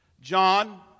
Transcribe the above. John